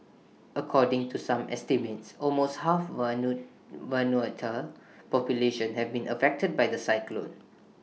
according to some estimates almost half Vanuatu's population have been affected by the cyclone